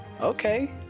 okay